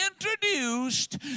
introduced